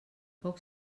poc